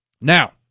Now